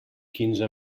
quinze